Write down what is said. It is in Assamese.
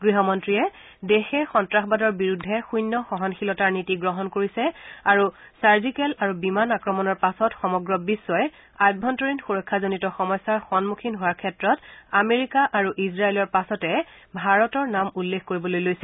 গৃহমন্ত্ৰীয়ে দেশে সন্ত্ৰাসবাদৰ বিৰুদ্ধে শূন্য সহনশীলতাৰ নীতি গ্ৰহণ কৰিছে আৰু চাৰ্জিকেল আৰু বিমান আক্ৰমণৰ পাছত সমগ্ৰ বিখ্ই অভ্যন্তৰীণ সুৰক্ষাজনিত সমস্যাৰ সন্মুখীন হোৱাৰ ক্ষেত্ৰত আমেৰিকা আৰু ইজৰাইলৰ পাছতে ভাৰতৰ নাম উল্লেখ কৰিবলৈ লৈছে